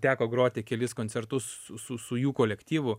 teko groti kelis koncertus su su jų kolektyvu